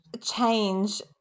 change